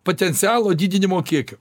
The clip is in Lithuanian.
potencialo didinimo kiekio